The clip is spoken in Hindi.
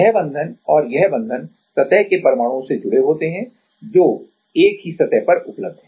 यह बंधन और यह बंधन सतह के परमाणुओं से जुड़े होते हैं जो एक ही सतह पर उपलब्ध हैं